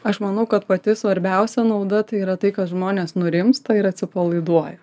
aš manau kad pati svarbiausia nauda tai yra tai kad žmonės nurimsta ir atsipalaiduoja